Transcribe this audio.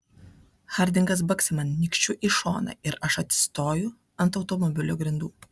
hardingas baksi man nykščiu į šoną ir aš atsistoju ant automobilio grindų